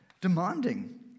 Demanding